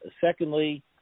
Secondly